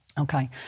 Okay